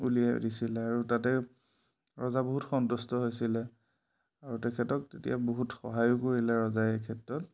উলিয়াই দিছিলে আৰু তাতে ৰজা বহুত সন্তুষ্ট হৈছিলে আৰু তেখেতক তেতিয়া বহুত সহায়ো কৰিলে ৰজাই এই ক্ষেত্ৰত